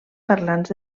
parlants